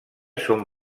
són